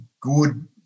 good